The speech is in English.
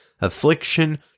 affliction